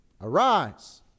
arise